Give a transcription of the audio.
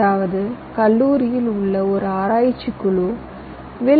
அதாவது கல்லூரியில் உள்ள ஒரு ஆராய்ச்சி குழு வி